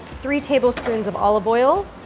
three tablespoons of olive oil,